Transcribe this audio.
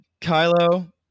Kylo